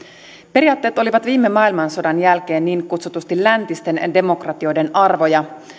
periaatteet olivat viime maailmansodan jälkeen niin kutsutusti läntisten demokratioiden arvoja